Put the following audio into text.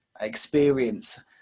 experience